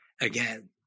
again